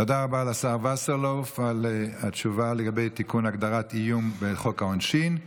תודה רבה לשר וסרלאוף על התשובה לגבי תיקון הגדרת איום בחוק העונשין.